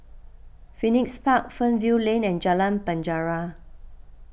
Phoenix Park Fernvale Lane and Jalan Penjara